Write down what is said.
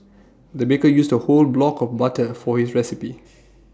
the baker used A whole block of butter for his recipe